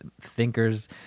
thinkers